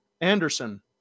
Anderson